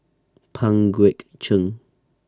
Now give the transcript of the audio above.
Pang Guek Cheng